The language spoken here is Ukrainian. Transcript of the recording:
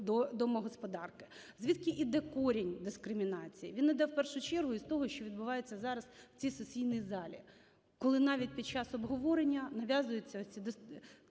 домогосподарки. Звідки йде корінь дискримінації? Він йде в першу чергу із того, що відбувається зараз в цій сесійній залі, коли навіть під час обговорення нав'язуються оці традиційні